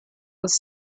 was